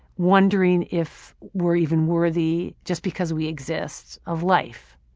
wondering if we're even worthy, just because we exist, of life.